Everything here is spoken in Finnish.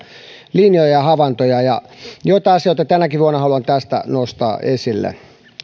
linjoja ja havaintoja joitakin asioita tänäkin vuonna haluan tästä nostaa esille